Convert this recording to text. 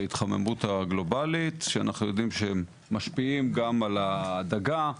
ההתחממות הגלובלית שאנחנו יודעים שמשפיעים גם על הדגה.